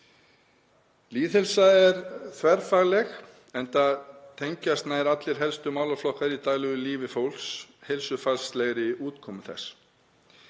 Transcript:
Lýðheilsa er þverfagleg enda tengjast nær allir helstu málaflokkar í daglegu lífi fólks heilsufarslegri útkomu þess.